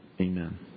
Amen